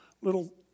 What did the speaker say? little